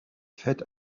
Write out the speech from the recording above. fat